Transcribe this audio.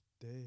day